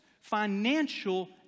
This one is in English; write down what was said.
financial